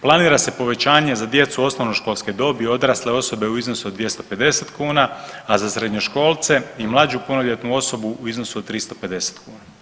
Planira se povećanje za djecu osnovnoškolske dobi i odrasle osobe u iznosu od 250 kuna, a za srednjoškolce i mlađu punoljetnu osobu u iznosu od 350 kuna.